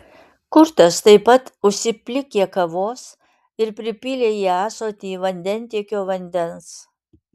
kurtas taip pat užsiplikė kavos ir pripylė į ąsotį vandentiekio vandens